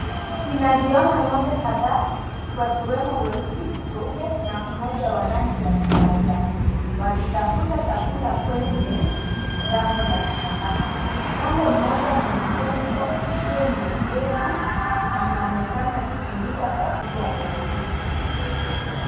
Ninaziona ngo'mbe kadhaa wakiwemo weusi, weupe na mmoja wa rangi ya kahawia wakitafuta chakula kwenye dampo la takataka. Ngo'mbe mmoja mwenye pembe ndefu, anaonekana akichunguza pakiti ya plastiki.